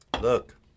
Look